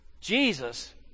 Jesus